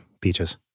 peaches